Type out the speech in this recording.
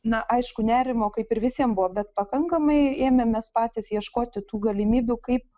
na aišku nerimo kaip ir visiems buvo bet pakankamai ėmėmės patys ieškoti tų galimybių kaip